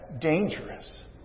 dangerous